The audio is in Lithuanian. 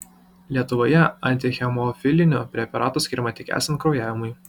lietuvoje antihemofilinių preparatų skiriama tik esant kraujavimui